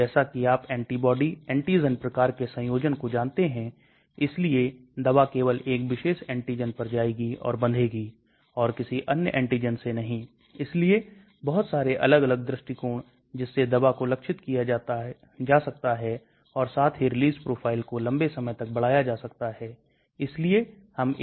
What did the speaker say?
इसलिए इन सभी पर मेरा नियंत्रण है लेकिन हमें यह देखना है कि यह टारगेट प्रोटीन के साथ बंधन को कैसे प्रभावित करता है और फिर जैविक व्यवस्था में इसकी विषाक्तता कैसे प्रभावित होती है अंदर इसकी स्थिरता क्या है अंदर इसका उत्सर्जन कैसा है और half life और बायोअवेलेबिलिटी